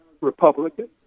Republican